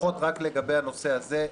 לפחות רק לגבי הנושא הזה,